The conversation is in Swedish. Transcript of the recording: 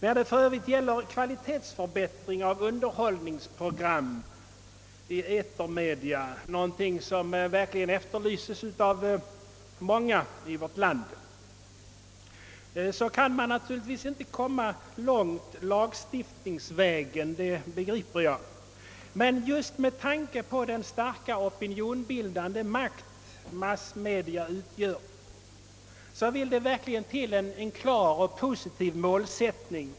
När det för övrigt gäller kvalitetsförbättringar av underhållningsprogram i etermedia, någonting som verkligen efterlyses av många i vårt land, kan man naturligtvis inte komma långt lagstiftningsvägen. Men just med tanke på den starka opinionsbildande makt som etermedia utgör vill det verkligen till en klar och positiv målsättning.